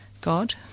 God